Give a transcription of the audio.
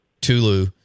Tulu